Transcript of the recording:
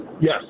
Yes